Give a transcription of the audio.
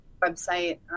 website